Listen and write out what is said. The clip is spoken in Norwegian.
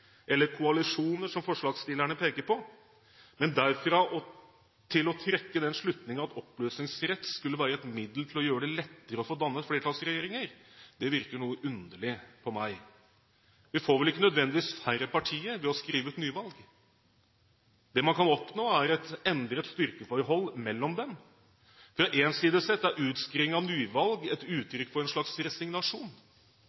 eller koalisjoner, som forslagsstillerne peker på. Men derfra og til å trekke den slutning at oppløsningsrett skulle være et middel til å gjøre det lettere å få dannet flertallsregjeringer, virker noe underlig på meg. Vi får ikke nødvendigvis færre partier ved å skrive ut nyvalg. Det man kan oppnå, er et endret styrkeforhold mellom dem. Fra én side sett er utskriving av nyvalg et